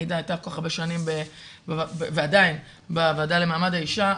עאידה הייתה כל כך הרבה שנים ועדיין בוועדה למעמד האישה,